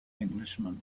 englishman